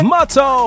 Motto